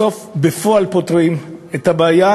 בסוף בפועל פותרים את הבעיה,